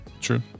True